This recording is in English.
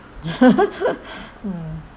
mm